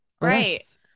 Right